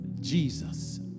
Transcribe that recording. Jesus